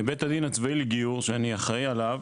בית הדין הצבאי לגיור שאני אחראי עליו,